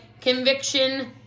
Conviction